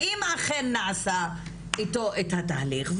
ואם אכן נעשה אתו את התהליך,